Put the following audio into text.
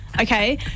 Okay